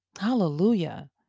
Hallelujah